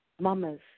Mama's